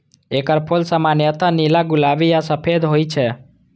एकर फूल सामान्यतः नीला, गुलाबी आ सफेद होइ छै